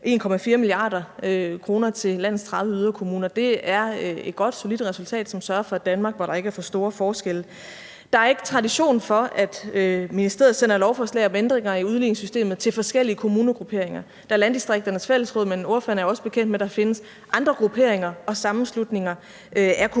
1,4 mia. kr. til landets 30 yderkommuner. Det er et godt, solidt resultat, som sørger for et Danmark, hvor der ikke er for store forskelle. Der er ikke tradition for, at ministeriet sender lovforslag om ændringer i udligningssystemet til forskellige kommunegrupperinger. Der er Landdistrikternes Fællesråd, men ordføreren er også bekendt med, at der findes andre grupperinger og sammenslutninger af kommuner,